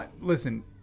listen